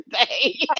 today